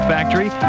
Factory